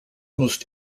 most